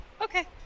Okay